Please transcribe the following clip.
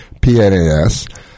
pnas